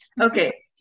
Okay